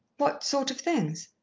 what sort of things?